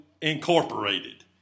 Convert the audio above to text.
Incorporated